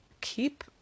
keep